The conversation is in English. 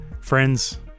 Friends